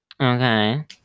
Okay